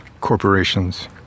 corporations